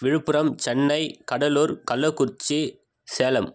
Villupuram Chennai Cuddalore Kallakurichi Salem